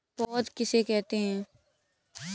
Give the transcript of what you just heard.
पौध किसे कहते हैं?